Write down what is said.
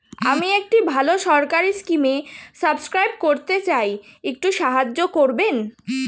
আমি একটি ভালো সরকারি স্কিমে সাব্সক্রাইব করতে চাই, একটু সাহায্য করবেন?